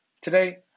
Today